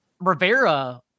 Rivera